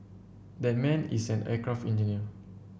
that man is an aircraft engineer